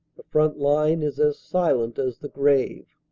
the front line is as silent as the grave.